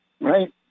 right